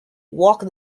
walk